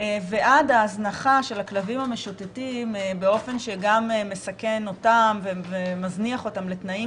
ועד ההזנחה של הכלבים המשוטטים באופן שגם מסכן אותם ומזניח אותם לתנאים